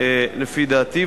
לפי דעתי,